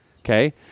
Okay